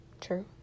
true